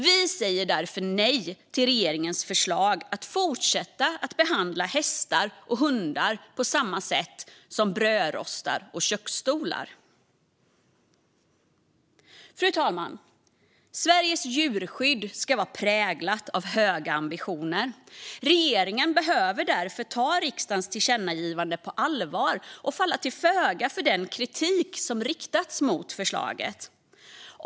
Vi säger därför nej till regeringens förslag att fortsätta behandla hästar och hundar på samma sätt som brödrostar och köksstolar. Fru talman! Sveriges djurskydd ska vara präglat av höga ambitioner. Regeringen behöver därför ta riksdagens tillkännagivande på allvar och falla till föga för den kritik som riktats mot förslaget.